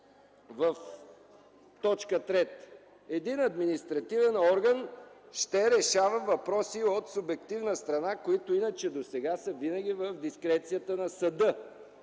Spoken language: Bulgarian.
в т. 3. Един административен орган ще решава въпроси от субективна страна, които иначе досега винаги са в дискрецията на съда.